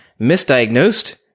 misdiagnosed